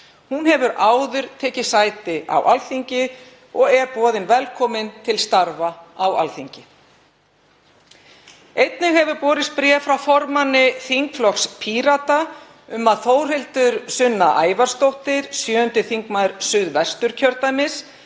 Hún hefur áður tekið sæti á Alþingi og er boðin velkomin til starfa á Alþingi. Einnig hefur borist bréf frá formanni þingflokks Pírata um að Þórhildur Sunna Ævarsdóttir, 7. þm. Suðvest., verði